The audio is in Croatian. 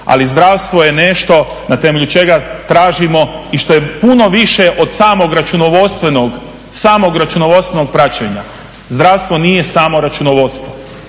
Ali zdravstvo je nešto na temelju čega tražimo i što je puno više od samog računovodstvenog praćenja. Zdravstvo nije samo računovodstvo